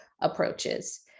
approaches